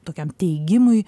tokiam teigimui